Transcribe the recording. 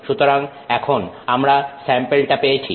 সুতরাং এখন আমরা স্যাম্পেলটা পেয়েছি